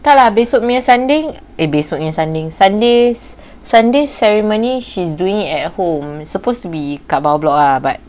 tak lah besok punya sanding eh besok punya sanding sunday's sunday's ceremony she's doing it at home it's supposed to be kat bawah block ah but